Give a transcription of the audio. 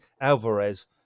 Alvarez